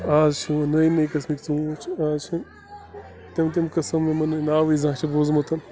آز چھِ وۄنۍ نٔے نٔے قٕسمٕکۍ ژوٗنٛٹھۍ چھِ آز چھِ تِم تِم قٕسٕم یِمَن نہٕ ناوٕے زانٛہہ چھِ بوٗزمُت